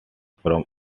from